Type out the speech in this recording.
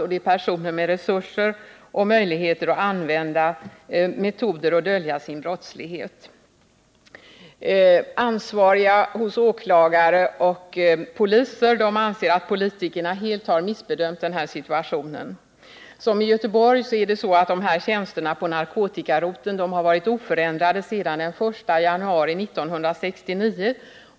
De här personerna har också stora resurser och möjligheter att dölja sin brottslighet. Ansvariga åklagare och poliser anser att politikerna helt har missbedömt situationen. I Göteborg har antalet tjänster inom narkotikaroteln varit oförändrat sedan den 1 januari 1969.